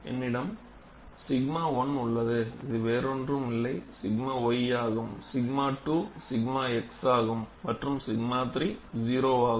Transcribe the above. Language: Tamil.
என்னிடம் 𝛔 1 உள்ளது இது வேறொன்றுமில்லை 𝛔 y ஆகும் 𝛔 2 𝛔 x ஆகும் மற்றும் 𝛔 3 0 ஆகும்